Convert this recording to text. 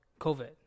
COVID